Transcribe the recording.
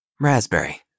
raspberry